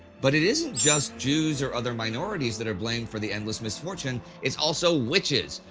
but it isn't just jews or other minorities that are blamed for the endless misfortunes it's also witches.